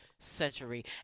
Century